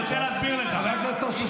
הוא לא עשה כלום?